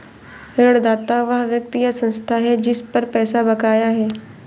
ऋणदाता वह व्यक्ति या संस्था है जिस पर पैसा बकाया है